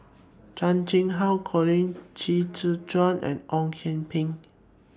Chan Chang How Colin Qi Zhe Quan and Ong Kian Peng